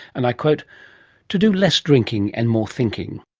and i quote to do less drinking and more thinking.